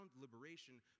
liberation